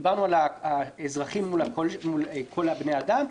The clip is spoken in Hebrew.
דיברנו על אזרחים מול כל בני האדם,